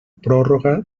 pròrroga